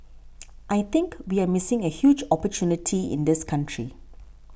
I think we're missing a huge opportunity in this country